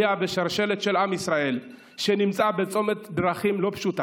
בשרשרת של עם ישראל שנמצאת בצומת דרכים לא פשוט.